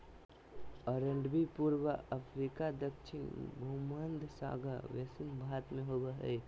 अरंडी पूर्वी अफ्रीका दक्षिण भुमध्य सागर बेसिन भारत में होबो हइ